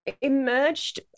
emerged